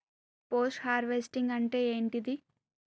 Post harvesting అంటే ఏంటిది?